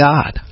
God